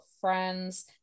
friends